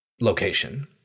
location